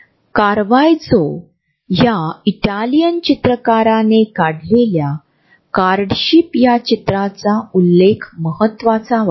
हा एक बफर आहे जो आम्हाला एकमेकांच्या फुग्यांमध्ये घुसखोरी न करता दुसऱ्याबरोबर दिवसभर काम चालू ठेवू देतो